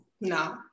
No